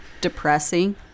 Depressing